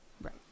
Right